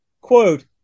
quote